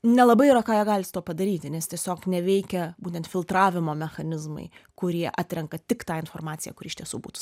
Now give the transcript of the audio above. nelabai yra ką jie gali su tuo padaryti nes tiesiog neveikia būtent filtravimo mechanizmai kurie atrenka tik tą informaciją kuri iš tiesų būtų